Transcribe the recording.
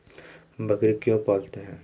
बकरी क्यों पालते है?